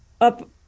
up